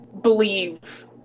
believe